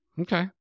Okay